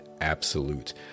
absolute